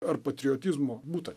ar patriotizmo būta